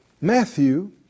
Matthew